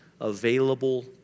available